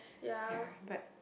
ya but